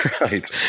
Right